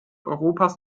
europas